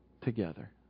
together